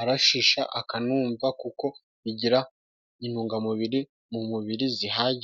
arashisha akanumva kuko bigira intungamubiri mu mubiri zihagije.